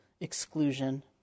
exclusion